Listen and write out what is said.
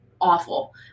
awful